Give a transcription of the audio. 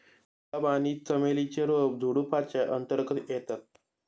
गुलाब आणि चमेली ची रोप झुडुपाच्या अंतर्गत येतात